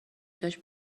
داشت